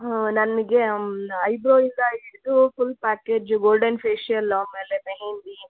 ನನಗೆ ಐಬ್ರೋ ಇಂದ ಹಿಡಿದು ಫುಲ್ ಪ್ಯಾಕೇಜು ಗೋಲ್ಡನ್ ಫೇಶಿಯಲ್ ಆಮೇಲೆ ಮೆಹೆಂದಿ